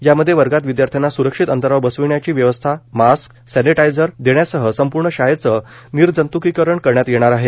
यामध्ये वर्गात विद्यार्थ्यांना स्रक्षित अंतरावर बसविण्याची व्यवस्था मास्क सॅनेटाइझर देण्यासह संपूर्ण शाळेचे निर्जंतुकीकरण करण्यात येणार आहेत